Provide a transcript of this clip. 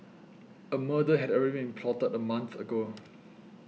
a murder had already plotted a month ago